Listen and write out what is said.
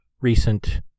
recent